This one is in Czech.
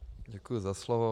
Děkuji za slovo.